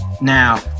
Now